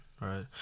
right